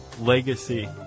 legacy